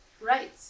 right